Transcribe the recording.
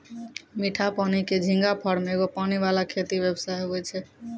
मीठा पानी के झींगा फार्म एगो पानी वाला खेती व्यवसाय हुवै छै